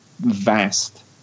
vast